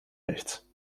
nichts